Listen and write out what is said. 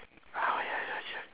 ah yeah that's it